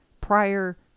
prior